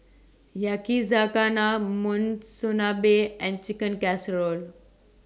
Yakizakana Monsunabe and Chicken Casserole